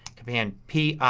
command p. ahh!